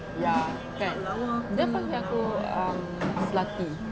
ya kan dia panggil aku um slutty